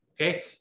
okay